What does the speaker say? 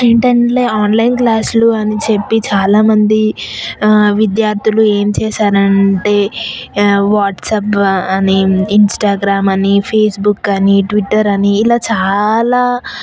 ఈ టైంలో ఆన్లైన్ క్లాస్లు అని చెప్పి చాలా మంది విద్యార్థులు ఏం చేశారంటే వాట్సప్ అని ఇన్స్టాగ్రామ్ అని ఫేస్బుక్ అని ట్విటర్ అని ఇలా చాలా